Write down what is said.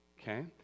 okay